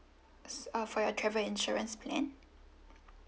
uh for your travel insurance plan